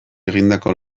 egindako